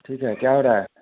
ठीक है क्या हो रहा है